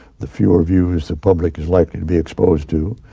the fewer viewers the public is likely to be exposed to,